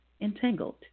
Entangled